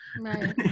Right